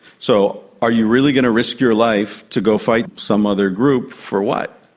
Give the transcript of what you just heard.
so are you really going to risk your life to go fight some other group? for what?